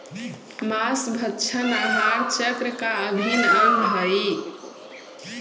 माँसभक्षण आहार चक्र का अभिन्न अंग हई